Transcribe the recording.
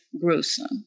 gruesome